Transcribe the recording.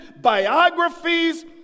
biographies